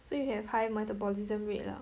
so you have high metabolism rate lah